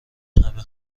همه